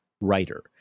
writer